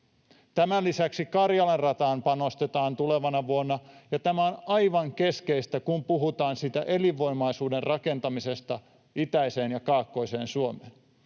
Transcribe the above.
Tämän lisäksi Karjalan rataan panostetaan tulevana vuonna, ja tämä on aivan keskeistä, kun puhutaan siitä elinvoimaisuuden rakentamisesta itäiseen ja kaakkoiseen Suomeen.